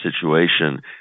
situation